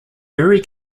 very